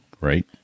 right